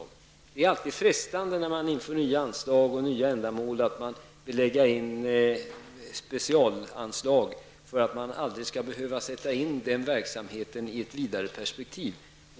Det är alltid frestande när man inför nya anslag och nya ändamål att man lägger in specialanslag för att man aldrig skall behöva sätta in verksamheten i ett vidare perspektiv.